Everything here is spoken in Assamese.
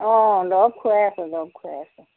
অঁ দৰৱ খুৱাই আছোঁ দৰৱ খুৱাই আছোঁ